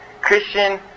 Christian